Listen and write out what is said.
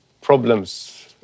problems